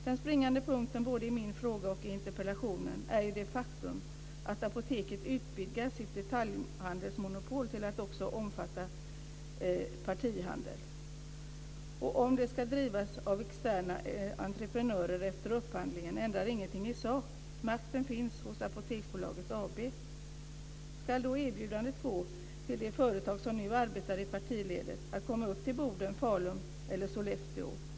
Den springande punkten både i min fråga och i interpellationen är ju det faktum att Apoteket utvidgar sitt detaljhandelsmonopol till att också omfatta partihandel. Om det ska drivas av externa entreprenörer efter upphandling ändrar ingenting i sak. Makten finns hos Apoteksbolaget AB. Ska erbjudandet då gå till de företag som nu arbetar i partiledet att komma upp till Boden, Falun och Sollefteå?